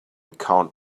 count